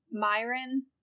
Myron